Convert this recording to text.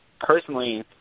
Personally